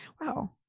Wow